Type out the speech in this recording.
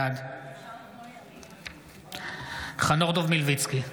בעד חנוך דב מלביצקי,